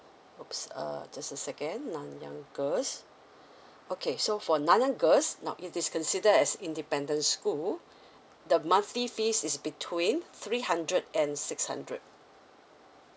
!oops! uh just a second nanyang girls okay so for nanyang girls now it is considered as independent school the monthly fees is between three hundred and six hundred